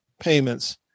payments